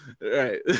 right